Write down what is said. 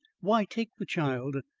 why take the child?